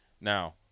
Now